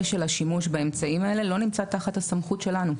של השימוש באמצעים האלה לא נמצא תחת הסמכות שלנו.